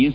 S